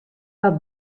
dat